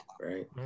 right